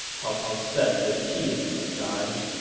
cao cao said with tears in his eyes.